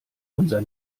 unser